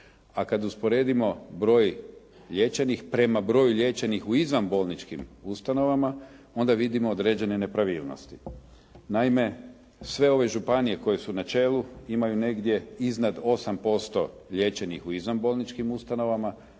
a kada usporedimo broj liječenih, prema broju liječenih u izvanbolničkim ustanovama, onda vidimo određene nepravilnosti. Naime, sve ove županije koje su na čelu imaju negdje iznad 8% liječenih u izvan bolničkim ustanovama,